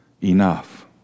enough